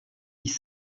dix